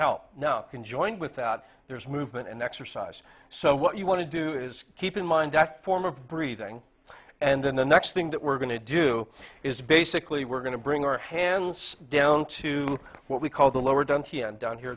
help now can join without there is movement and exercise so what you want to do is keep in mind as a form of breathing and then the next thing that we're going to do is basically we're going to bring our hands down to what we call the lower density and down here